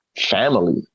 family